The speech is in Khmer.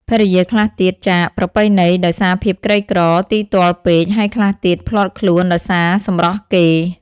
ភរិយាខ្លះទៀតចាកប្រពៃណីដោយសារភាពក្រីក្រ ទីទ័លពេក ហើយខ្លះទៀតភ្លាត់ខ្លួនដោយសារសម្រស់គេ ។